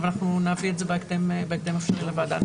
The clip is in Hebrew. אבל אנחנו נביא את זה בהקדם האפשרי לוועדה.